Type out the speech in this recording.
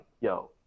yo